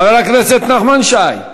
חבר הכנסת נחמן שי.